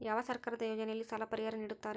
ಯಾವ ಸರ್ಕಾರದ ಯೋಜನೆಯಲ್ಲಿ ಸಾಲ ಪರಿಹಾರ ನೇಡುತ್ತಾರೆ?